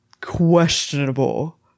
questionable